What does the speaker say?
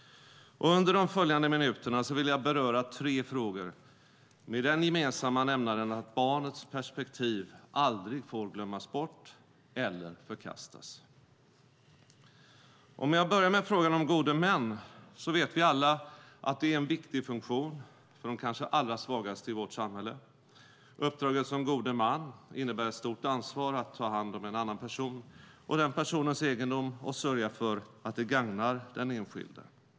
Under de följande minuterna vill jag beröra tre frågor med den gemensamma nämnaren att barnets perspektiv aldrig får glömmas bort eller förkastas. Om jag börjar med frågan om gode män vet vi alla att det är en viktig funktion för de kanske allra svagaste i vårt samhälle. Uppdraget som god man innebär ett stort ansvar att ta hand om en annan person och den personens egendom och sörja för att det gagnar den enskilde.